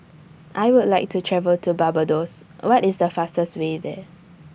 I Would like to travel to Barbados What IS The fastest Way There